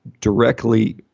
directly